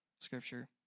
scripture